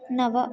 नव